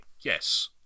yes